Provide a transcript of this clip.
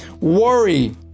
Worry